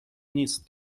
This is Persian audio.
نیست